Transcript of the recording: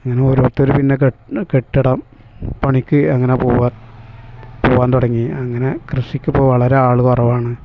ഇങ്ങനെ ഓരോരുത്തർ പിന്നെ കെട്ടിടം പണിക്ക് അങ്ങനെ പോകാൻ തുടങ്ങി അങ്ങനെ കൃഷിക്കിപ്പോൾ വളരെ ആൾ കുറവാണ്